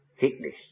thickness